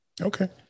okay